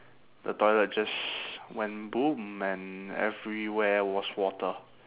the toilet just went boom and everywhere was water